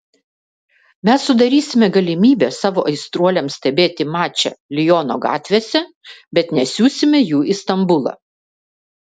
mes sudarysime galimybę savo aistruoliams stebėti mačą liono gatvėse bet nesiųsime jų į stambulą